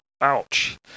Ouch